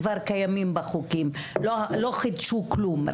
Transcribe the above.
הם כבר קיימים בחוקים ולא חידשו כלום.